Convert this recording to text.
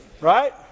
Right